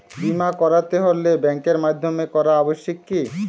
বিমা করাতে হলে ব্যাঙ্কের মাধ্যমে করা আবশ্যিক কি?